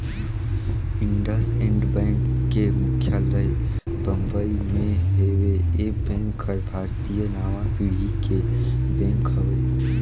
IndusInd bank के मुख्यालय बंबई मे हेवे, ये बेंक हर भारतीय नांवा पीढ़ी के बेंक हवे